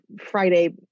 Friday